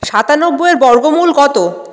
সাতানব্বইয়ের বর্গমূল কত